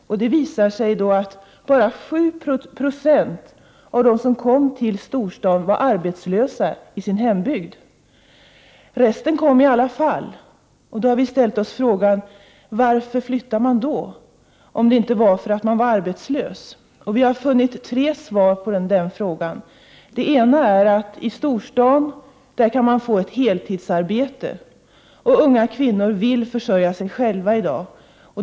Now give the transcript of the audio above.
Det visar sig då att endast 7 20 av de som kom till storstaden var arbetslösa i sin hembygd. Resten kom ändå. Då har vi ställt frågan: Varför flyttar de om de inte är arbetslösa. Vi har funnit tre svar på den frågan. Det ena är att man i storstaden kan få ett heltidsarbete. Unga kvinnor vill försörja sig själva i dag.